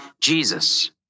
Jesus